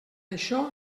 això